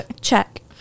Check